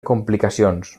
complicacions